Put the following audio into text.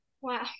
Wow